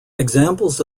examples